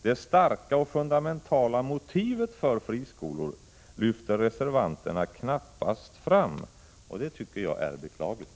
Det starka och fundamentala motivet för friskolor lyfter reservanterna knappast fram, vilket jag tycker är beklagligt.